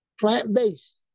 plant-based